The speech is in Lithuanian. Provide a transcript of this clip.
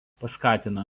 paskatino